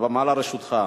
הבמה לרשותך.